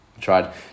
tried